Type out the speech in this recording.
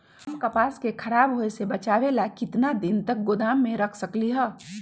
हम कपास के खराब होए से बचाबे ला कितना दिन तक गोदाम में रख सकली ह?